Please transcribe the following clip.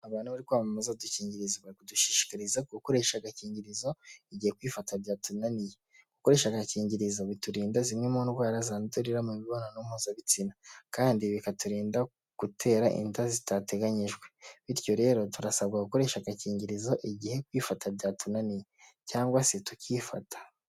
Abantu bari kwamamaza udukingirizo, badushishikariza gukoresha agakingirizo igihe kwifata byatunaniye, gukoresha agakingirizo biturinda zimwe mu ndwara zandurira mu mibonano mpuzabitsina kandi bikaturinda gutera inda zitateganyijwe bityo rero turasabwa gukoresha agakingirizo igihe kwifata byatunaniye cyangwa se tukifata.